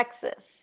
Texas